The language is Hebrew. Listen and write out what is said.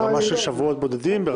ברמה של שבועות בודדים?